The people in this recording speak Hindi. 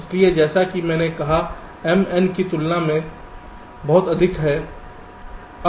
इसलिए जैसा कि मैंने कहाm n की तुलना में बहुत अधिक है